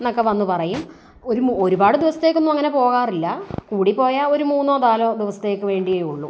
എന്നക്കെ വന്നു പറയും ഒരു മൂ ഒരുപാട് ദിവസത്തേക്ക് ഒന്നും അങ്ങനെ പോകാറില്ല കൂടി പോയാൽ ഒരു മൂന്ന് നാല് ദിവസത്തേക്ക് വേണ്ടിയേ ഉള്ളൂ